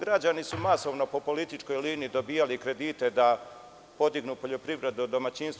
Građani su masovno po političkoj liniji dobijali kredite da podignu poljoprivredna domaćinstva.